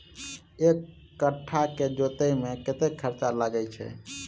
एक कट्ठा केँ जोतय मे कतेक खर्चा लागै छै?